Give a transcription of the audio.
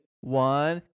One